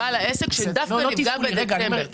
בעל העסק שדווקא נפגע בדצמבר.